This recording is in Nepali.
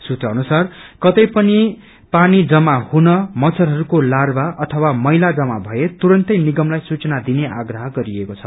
सूत्र अनुसार कतै पनि पानी जम्मा हुन मच्छरहरूको लार्वा अथवा मैला जमा भए तुरन्तै निगमलाई सूचना दिने आग्रह गरिएको छ